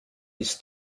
ist